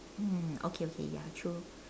mm okay okay ya true